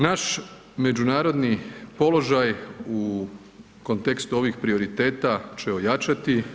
Naš međunarodni položaj u kontekstu ovih prioriteta će ojačati.